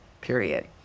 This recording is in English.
period